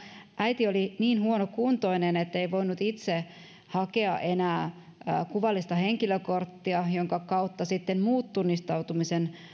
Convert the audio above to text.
äiti oli niin huonokuntoinen ettei voinut itse enää hakea kuvallista henkilökorttia jonka kautta sitten muut tunnistautumisen